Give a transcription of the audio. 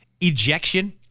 Ejection